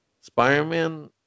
Spider-Man